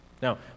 Now